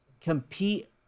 compete